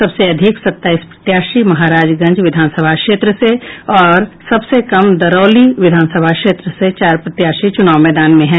सबसे अधिक सत्ताईस प्रत्याशी महाराजगंज विधानसभा क्षेत्र से और सबसे कम दरौली विधानसभा क्षेत्र से चार प्रत्याशी चुनाव मैदान में हैं